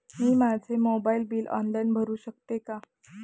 मी माझे mobile bill online भरू शकते का?